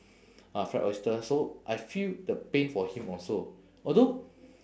uh fried oyster so I feel the pain for him also although